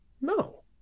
No